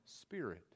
spirit